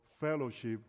fellowship